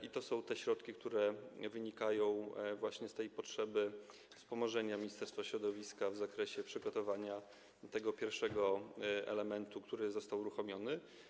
I to są te środki, które wynikają z potrzeby wspomożenia Ministerstwa Środowiska w zakresie przygotowania tego pierwszego elementu, który został uruchomiony.